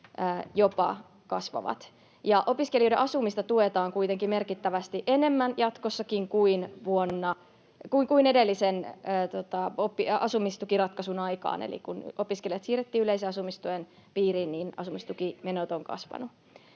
jopa kasvavat. Ja opiskelijoiden asumista tuetaan kuitenkin merkittävästi enemmän jatkossakin kuin edellisen asumistukiratkaisun aikaan, eli kun opiskelijat siirrettiin yleisen asumistuen piiriin, niin asumistukimenot ovat kasvaneet.